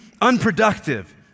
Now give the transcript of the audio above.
unproductive